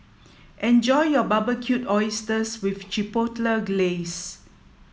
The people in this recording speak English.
enjoy your Barbecued Oysters with Chipotle Glaze